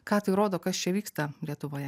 ką tai rodo kas čia vyksta lietuvoje